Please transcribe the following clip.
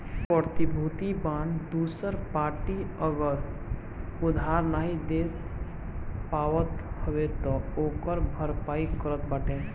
प्रतिभूति बांड दूसर पार्टी अगर उधार नाइ दे पावत हवे तअ ओकर भरपाई करत बाटे